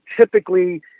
typically